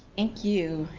thank you.